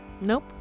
Nope